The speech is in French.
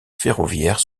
ferroviaire